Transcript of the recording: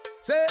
Say